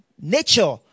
nature